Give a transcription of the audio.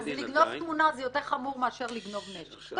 אז לגנוב תמונה זה יותר חמור מאשר לגנוב נשק.